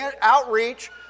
outreach